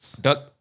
Duck